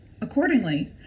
Accordingly